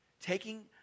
taking